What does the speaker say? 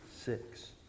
Six